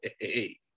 hey